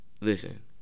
Listen